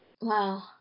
wow